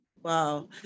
Wow